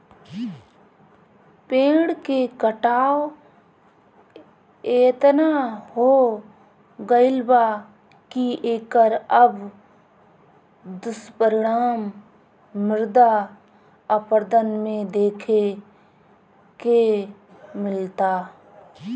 पेड़ के कटाव एतना हो गईल बा की एकर अब दुष्परिणाम मृदा अपरदन में देखे के मिलता